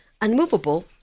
unmovable